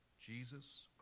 Jesus